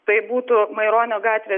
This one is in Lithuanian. tai būtų maironio gatvės